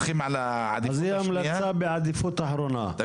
המלצה בעדיפות אחרונה.